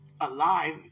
alive